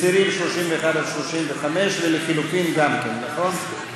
מסירים 31 35, ולחלופין גם כן, נכון?